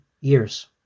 years